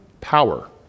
power